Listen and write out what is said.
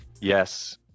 Yes